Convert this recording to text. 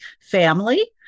family